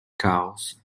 caos